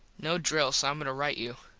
no drill so im going to rite you.